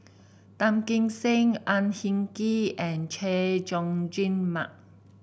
Tan Kim Seng Ang Hin Kee and Chay Jung Jun Mark